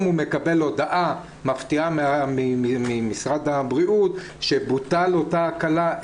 הוא מקבל הודעה מפתיעה ממשרד הבריאות שבוטלה אותה הקלה?